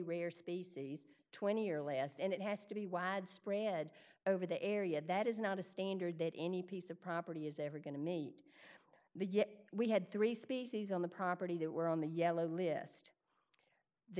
rare species twenty or last and it has to be wide spread over the area that is not a standard that any piece of property is ever going to meet the yes we had three species on the property that were on the yellow list the